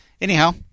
Anyhow